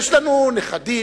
יש לנו נכדים.